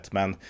men